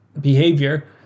behavior